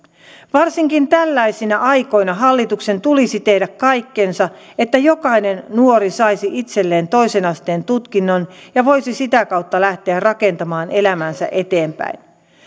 varsinkin tällaisina aikoina hallituksen tulisi tehdä kaikkensa että jokainen nuori saisi itselleen toisen asteen tutkinnon ja voisi sitä kautta lähteä rakentamaan elämäänsä eteenpäin